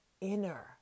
inner